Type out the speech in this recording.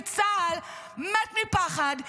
וצה"ל מת מפחד,